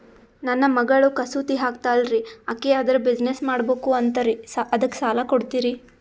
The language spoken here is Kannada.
ನನ್ನ ಮಗಳು ಕಸೂತಿ ಹಾಕ್ತಾಲ್ರಿ, ಅಕಿ ಅದರ ಬಿಸಿನೆಸ್ ಮಾಡಬಕು ಅಂತರಿ ಅದಕ್ಕ ಸಾಲ ಕೊಡ್ತೀರ್ರಿ?